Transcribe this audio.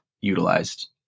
utilized